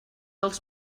els